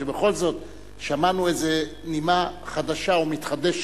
שבכל זאת שמענו איזה נימה חדשה ומתחדשת,